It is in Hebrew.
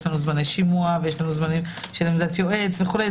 יש זמני שימוע ושל עמדת יועץ וכו'.